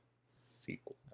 Sequel